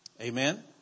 Amen